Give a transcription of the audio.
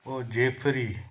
उहो जेतिरी